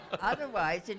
Otherwise